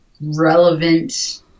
relevant